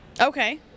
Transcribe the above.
Okay